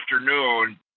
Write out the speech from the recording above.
afternoon